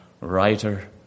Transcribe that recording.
writer